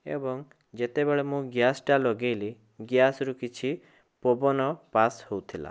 ଏବଂ ଯେତେବେଳେ ମୁଁ ଗ୍ୟାସ୍ଟା ଲଗେଇଲି ଗ୍ୟାସ୍ରୁ କିଛି ପବନ ପାସ୍ ହେଉଥିଲା